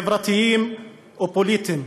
חברתיים ופוליטיים,